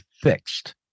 fixed